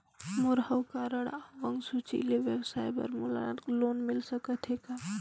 मोर हव कारड अउ अंक सूची ले व्यवसाय बर मोला लोन मिल सकत हे का?